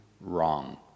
wrong